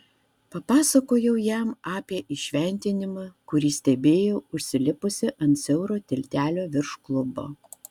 papasakojau jam apie įšventinimą kurį stebėjau užsilipusi ant siauro tiltelio virš klubo